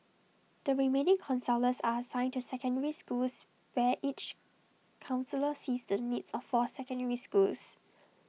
the remaining counsellors are assigned to secondary schools where each counsellor sees to the needs of four secondary schools